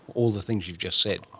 all the things you've just said?